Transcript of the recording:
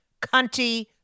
Cunty